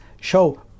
show